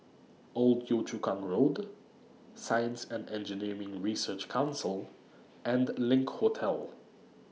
Old Yio Chu Kang Road Science and Engineering Research Council and LINK Hotel